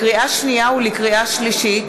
לקריאה שנייה ולקריאה שלישית: